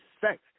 sex